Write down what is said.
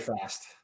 fast